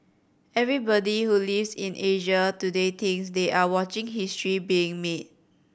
everybody who lives in Asia today thinks they are watching history being made